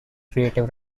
creative